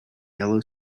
yellow